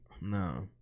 no